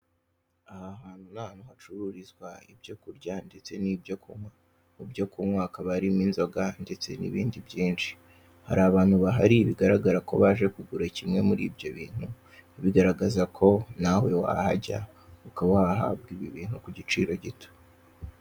Aha hantu ni hantu hacururizwa ibyo kurya ndetse n'ibyo kunywa, mu byo kunywa hakaba harimo inzoga ndetse n'ibindi byinshi, hari abantu bahari bigaragara ko baje kugura kimwe muri ibyo bintu, bigaragaza ko nawe wahajya ukaba wahabwa ibi bintu ku giciro gito.